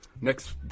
next